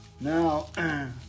Now